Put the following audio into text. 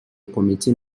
committee